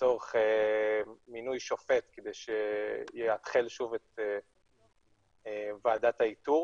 לצורך מינוי שופט כדי שיאתחל שוב את ועדת האיתור